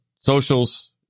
socials